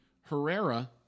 Herrera